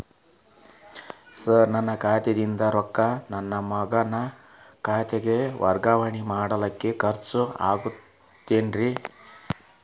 Sir ನನ್ನ ಖಾತೆಯಿಂದ ರೊಕ್ಕ ನನ್ನ ಮಗನ ಖಾತೆಗೆ ವರ್ಗಾವಣೆ ಮಾಡಲಿಕ್ಕೆ ಖರ್ಚ್ ಆಗುತ್ತೇನ್ರಿ?